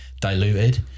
diluted